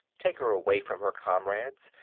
take her away from her comrades,